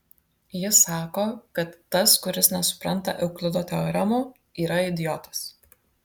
jis sako kad tas kuris nesupranta euklido teoremų yra idiotas